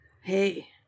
hey